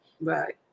right